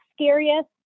scariest